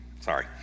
sorry